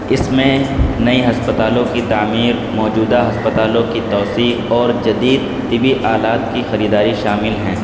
اس میں نئی ہسپتالوں کی تعمیر موجودہ ہسپتالوں کی توسیع اور جدید طبی آلات کی خریداری شامل ہیں